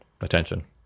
Attention